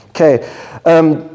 Okay